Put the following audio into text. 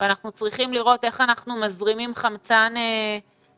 ואנחנו צריכים לראות איך אנחנו מזרימים חמצן לאנשים